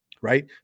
right